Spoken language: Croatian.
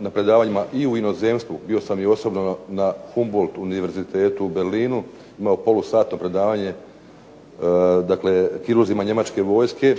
na predavanjima i u inozemstvu, bio sam i osobno na Humboldt univerzitetu u Berlinu, imao polusatno predavanje kirurzima njemačke vojske,